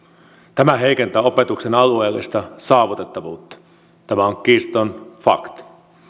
tämä heikentää opetuksen alueellista saavutettavuutta tämä on kiistaton fakta